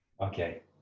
Okay